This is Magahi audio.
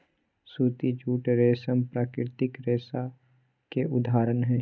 सूती, जूट, रेशम प्राकृतिक रेशा के उदाहरण हय